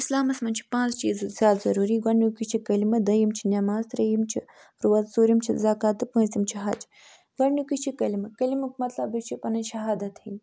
اِسلامَس منٛز چھِ پانٛژھ چیٖزے زیادٕ ضٔروٗری گۄڈٕنیُکُے چھِ کٔلمہٕ دٔیِم چھِ نٮ۪ماز ترٛیٚیِم چھِ روزٕ ژوٗرِم چھِ زکاوٰتہ تہٕ پٲنٛژِم چھِ حج گۄڈٕنیُکُے چھِ کٔلمہٕ کٔلمُک مطلبٕے چھِ پَنٕنۍ شہادَت ہیٚنۍ